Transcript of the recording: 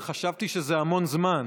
וחשבתי שזה המון זמן,